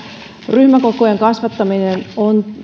ryhmäkokojen kasvattaminen on